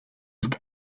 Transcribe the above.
ist